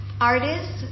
artists